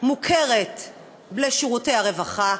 מוכרת לשירותי הרווחה,